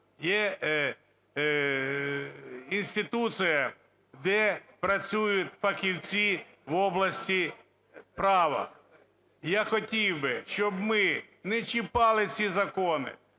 є інституція, де працюють фахівці в області права. Я хотів би, щоб ми не чіпали ці закони,